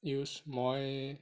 use মই